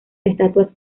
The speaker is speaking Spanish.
estatuas